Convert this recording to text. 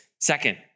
Second